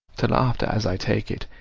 to laughter, as i take it,